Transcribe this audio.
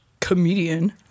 comedian